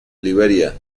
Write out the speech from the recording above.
liberia